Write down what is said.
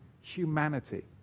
Humanity